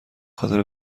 خاطر